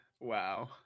Wow